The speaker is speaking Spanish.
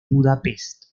budapest